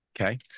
Okay